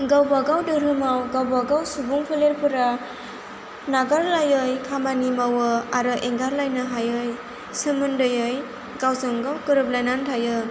गावबा गाव धोरोमाव गावबा गाव सुबुं फोलेरफोरा नागारलायै खामानि मावो आरो एंगारलायनो हायै सोमोन्दोयै गावजों गाव गोरोबलायनानै थायो